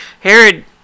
Herod